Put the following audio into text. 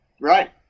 right